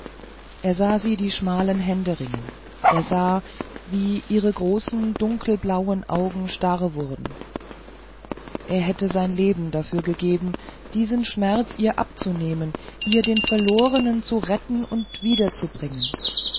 er sah sie die schmalen hände ringen er sah wie ihre großen dunkelblauen augen starr wurden er hätte sein leben dafür gegeben diesen schmerz ihr abzunehmen ihr den verlorenen zu retten und